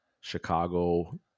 Chicago